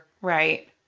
Right